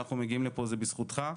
שאנחנו מגיעים לכאן בזכותך.